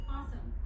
Awesome